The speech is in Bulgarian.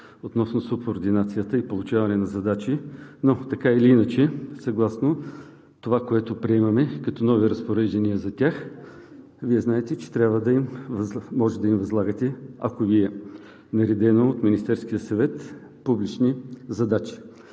относно субординацията и получаване на задачи. Но така или иначе, съгласно това, което приемаме като нови разпореждания за тях, Вие знаете, че може да им възлагате публични задачи, ако Ви е наредено от Министерския съвет. Тези задачи